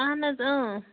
اہن حظ اۭں